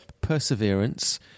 perseverance